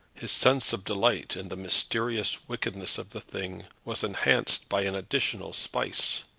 his sense of delight in the mysterious wickedness of the thing was enhanced by an additional spice.